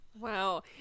Wow